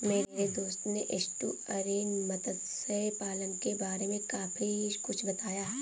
मेरे दोस्त ने एस्टुअरीन मत्स्य पालन के बारे में काफी कुछ बताया